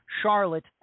Charlotte